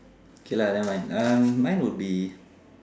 K lah never mind um mine would be